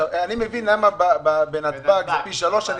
מבין למה בנתב"ג זה פי שלושה,